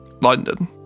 London